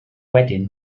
wedyn